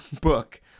book